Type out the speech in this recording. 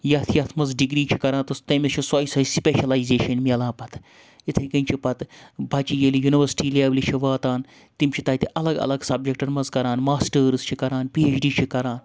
یَتھ یَتھ مَنٛز ڈِگری چھِ کَران تہٕ تٔمِس چھِ سۄے سۄے سٕپیشَلایزیشَن میلان پَتہٕ اِتھَے کٔنۍ چھِ پَتہٕ بَچہِ ییٚلہِ یونیورسٹی لیوٚلہِ چھِ واتان تِم چھِ تَتہِ الَگ الگ سَبجَکٹَن منٛز کَران ماسٹٲرٕس چھِ کَران پی ایچ ڈی چھِ کَران